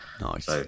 Nice